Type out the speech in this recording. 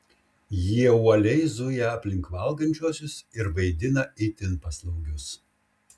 jie uoliai zuja aplink valgančiuosius ir vaidina itin paslaugius